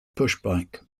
pushbike